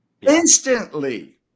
Instantly